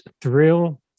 thrill